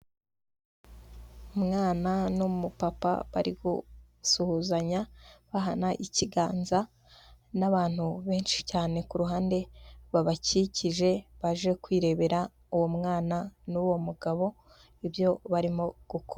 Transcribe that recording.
Umwana n'umu papa bari gusuhuzanya bahana ikiganza n'abantu benshi cyane ku ruhande babakikije, baje kwirebera uwo mwana n'uwo mugabo ibyo barimo gukora.